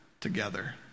together